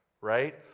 Right